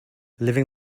living